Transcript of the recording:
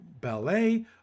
ballet